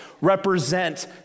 represent